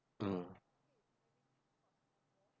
mm